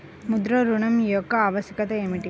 ముద్ర ఋణం యొక్క ఆవశ్యకత ఏమిటీ?